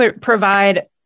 provide